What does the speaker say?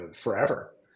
forever